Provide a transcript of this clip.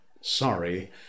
sorry